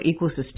ecosystem